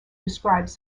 describes